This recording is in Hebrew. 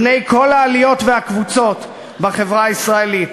בני כל העליות והקבוצות בחברה הישראלית.